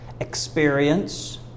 experience